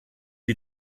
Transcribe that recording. die